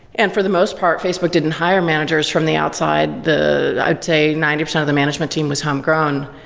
and for the most part, facebook didn't hire managers from the outside the i'd say ninety percent of the management team was homegrown.